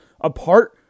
apart